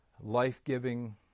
life-giving